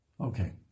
Okay